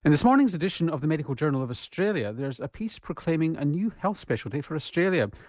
in this morning's edition of the medical journal of australia there's a piece proclaiming a new health specialty for australia.